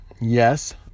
yes